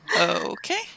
Okay